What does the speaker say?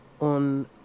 on